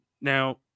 Now